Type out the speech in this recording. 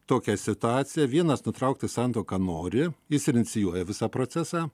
tokia situacija vienas nutraukti santuoką nori jis ir inicijuoja visą procesą